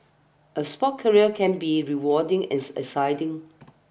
a sports career can be rewarding as an exciting